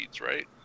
right